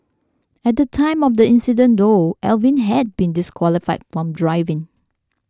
at the time of the incident though Alvin had been disqualified from driving